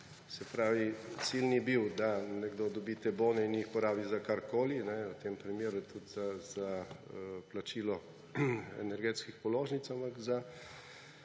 Se pravi, cilj ni bil, da nekdo dobi te bone in jih porabi za karkoli, v tem primeru tudi za plačilo energetskih položnic, ampak za